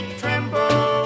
tremble